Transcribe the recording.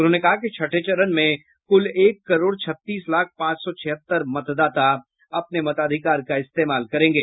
उन्होंने कहा कि छठे चरण में कुल एक करोड़ छत्तीस लाख पांच सौ छिहत्तर मतदाता अपने मताधिकार का इस्तेमाल करेंगे